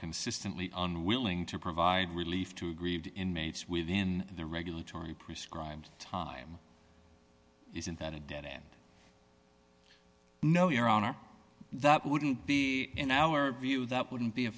consistently unwilling to provide relief to aggrieved inmates within the regulatory prescribed time isn't that a dead end no your honor that wouldn't be in our view that wouldn't be a